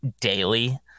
daily